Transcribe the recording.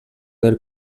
del